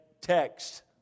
text